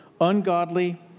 ungodly